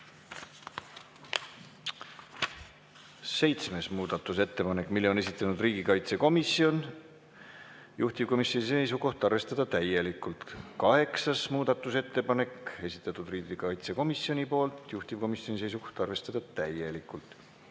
Seitsmes muudatusettepanek, mille on esitanud riigikaitsekomisjon, juhtivkomisjoni seisukoht: arvestada täielikult. Kaheksas muudatusettepanek, esitatud riigikaitsekomisjoni poolt, juhtivkomisjoni seisukoht: arvestada täielikult.